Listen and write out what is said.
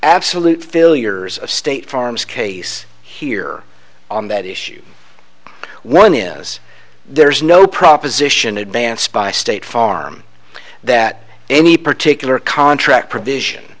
absolute failure of state farm's case here on that issue one is there's no proposition advanced by state farm that any particular contract provision